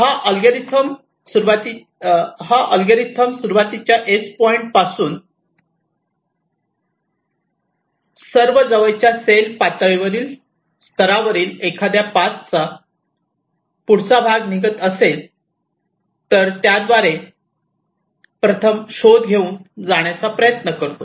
हा अल्गोरिदम सुरुवातीच्या S point पासून सर्व जवळच्या सेल पातळीवरील एखाद्या पाथचा पुढचा भाग निघत असेल तर त्याद्वारे प्रथम शोध घेऊन जाण्याचा प्रयत्न करतो